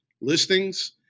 listings